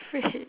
wait